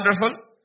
wonderful